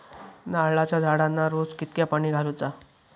नारळाचा झाडांना रोज कितक्या पाणी घालुचा?